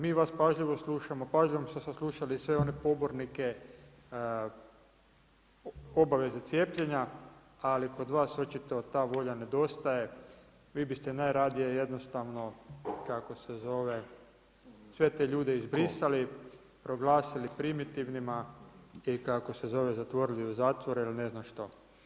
Mi vas pažljivo slušamo, pažljivo smo saslušali sve one pobornike obaveze cijepljenja ali kod vas očito ta volja nedostaje, vi biste najradije jednostavno kako se zove, sve te ljude izbrisali, proglasili primitivnima i zatvorili u zatvore ili ne znam što.